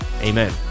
Amen